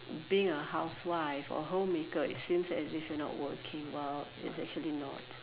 being a housewife or homemaker it feels as if you are not working well it's actually not